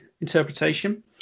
interpretation